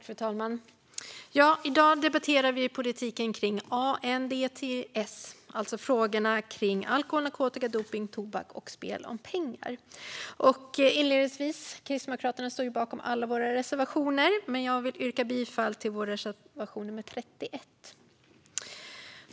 Fru talman! Ja, i dag debatterar vi politiken kring ANDTS, alltså frågorna kring alkohol, narkotika, dopning, tobak och spel om pengar. Vi kristdemokrater står bakom alla våra reservationer, men jag vill inledningsvis yrka bifall till vår reservation nummer 31.